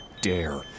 dare